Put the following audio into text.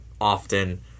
often